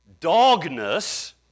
dogness